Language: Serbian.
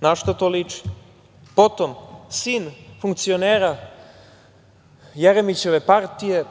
Na šta to liči? Potom, sin funkcionera Jeremićeve partije